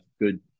good